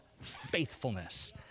faithfulness